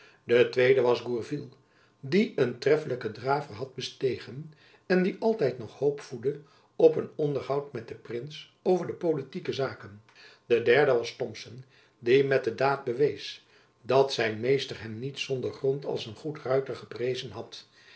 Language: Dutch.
de tweede was gourville die een treffelijken draver had bestegen en die altijd nog hoop voedde op een onderhoud met den prins over de politieke zaken de derde was thomson die met de daad bewees dat zijn meester hem niet zonder grond als een goed ruiter geprezen had